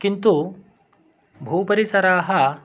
किन्तु भूपरिसराः